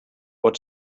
what